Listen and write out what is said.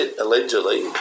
Allegedly